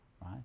Right